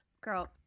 Girl